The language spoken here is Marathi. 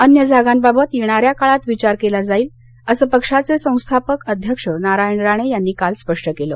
अन्य जागांबाबत येणाऱ्या काळात विचार केला जाईल असं पक्षाचे संस्थापक अध्यक्ष नारायण राणे यांनी काल स्पष्ट केलं